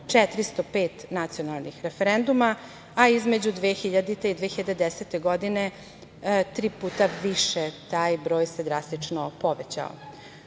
405 nacionalnih referenduma, a između 2000. i 2010. godine tri puta više, taj broj se drastično povećao.